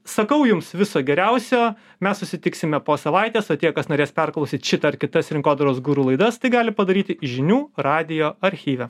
sakau jums viso geriausio mes susitiksime po savaitės o tie kas norės perklausyt šitą ar kitas rinkodaros guru laidas tai gali padaryti žinių radijo archyve